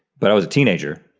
but i was a teenager,